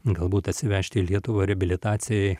galbūt atsivežti į lietuvą reabilitacijai